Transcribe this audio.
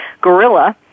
gorilla